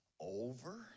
over